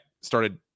Started